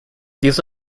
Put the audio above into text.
these